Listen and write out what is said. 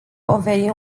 oferi